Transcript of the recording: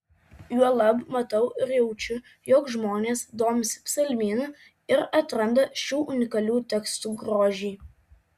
juolab matau ir jaučiu jog žmonės domisi psalmynu ir atranda šių unikalių tekstų grožį